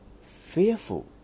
fearful